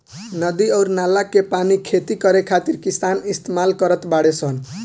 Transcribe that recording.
नदी अउर नाला के पानी खेती करे खातिर किसान इस्तमाल करत बाडे सन